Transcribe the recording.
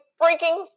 freaking